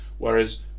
Whereas